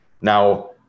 Now